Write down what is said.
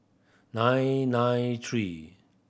nine nine three